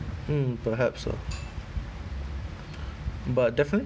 mm perhaps lah but definitely